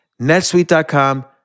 netsuite.com